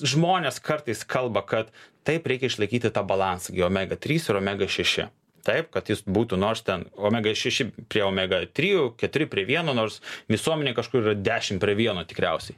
žmonės kartais kalba kad taip reikia išlaikyti tą balansą gi omega trys ir omega šeši taip kad jis būtų nors ten omega šeši prie omega trijų keturi prie vieno nors visuomenėj kažkur yra dešimt prie vieno tikriausiai